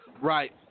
Right